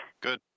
Good